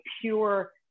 pure